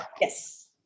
Yes